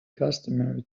customary